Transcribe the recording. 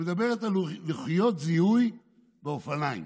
שמדברת על לוחיות זיהוי באופניים.